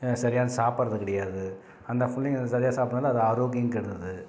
சரியாக சாப்பிட்றது கிடையாது அந்த புள்ளைங்க சரியாக சாப்பிட்லன்னா அது ஆரோக்கியம் கெடுகிறது